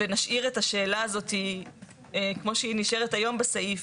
ונשאיר את השאלה הזאת כמו שהיא נשארת היום בסעיף,